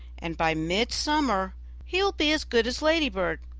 and by mid-summer he will be as good as ladybird.